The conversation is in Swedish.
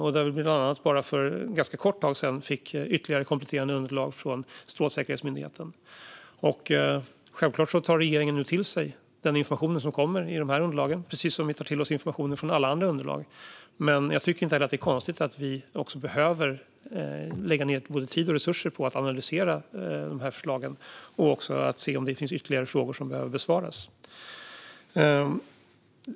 Vi har bland annat för en ganska kort tid sedan fått ytterligare kompletterande underlag från Strålsäkerhetsmyndigheten. Självklart tar regeringen nu till sig den information som kommer i dessa underlag, precis som vi tar till oss information från alla andra underlag. Men jag tycker inte heller att det är konstigt att vi också behöver lägga ned både tid och resurser på att analysera dessa förslag och också se om det finns ytterligare frågor som behöver besvaras.